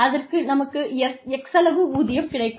அதற்கு நமக்கு x அளவு ஊதியம் கிடைக்கும்